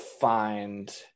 find